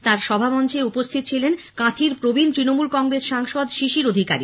তাঁর সভামঞ্চে উপস্থিত ছিলেন কাঁথির প্রবীণ তৃণমূল কংগ্রেস সাংসদ শিশির অধিকারী